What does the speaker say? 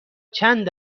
چند